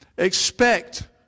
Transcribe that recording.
expect